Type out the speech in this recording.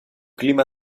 clima